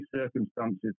circumstances